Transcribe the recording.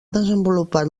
desenvolupat